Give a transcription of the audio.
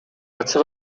ачык